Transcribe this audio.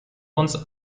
uns